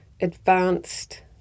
Advanced